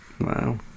Wow